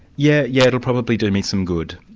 yeah yeah it will probably do me some good.